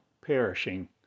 perishing